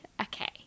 Okay